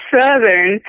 southern